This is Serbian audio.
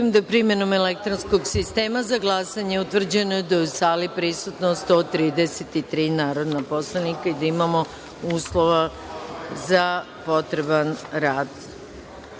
da je primenom elektronskog sistema za glasanje utvrđeno da je u sali prisutno 133 narodna poslanika, te da imamo uslove za potreban